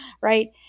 right